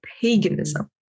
paganism